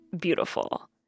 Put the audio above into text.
beautiful